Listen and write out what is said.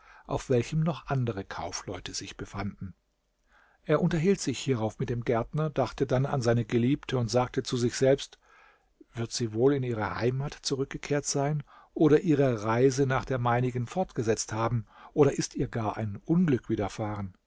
auf welchem noch andere kaufleute sich befanden er unterhielt sich hierauf mit dem gärtner dachte dann an seine geliebte und sagte zu sich selbst wird sie wohl in ihre heimat zurückgekehrt sein oder ihre reise nach der meinigen fortgesetzt haben oder ist ihr gar ein unglück widerfahren